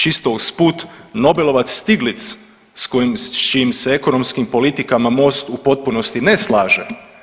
Čisto usput nobelovac Stiglic s čijim se ekonomskim politikama MOST u potpunosti ne slaže.